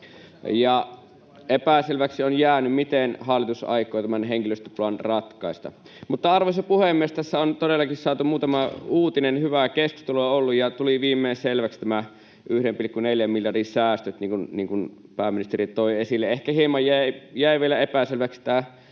Epäselväksi on jäänyt, miten hallitus aikoo tämän henkilöstöpulan ratkaista. Mutta, arvoisa puhemies, tässä on todellakin saatu muutama uutinen, hyvää keskustelua on ollut, ja tulivat viimein selviksi nämä 1,4 miljardin säästöt, niin kuin pääministeri toi esille. Ehkä hieman jäi vielä epäselväksi tämä